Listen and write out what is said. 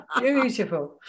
beautiful